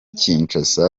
kinshasa